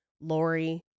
Lori